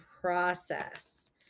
process